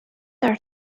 are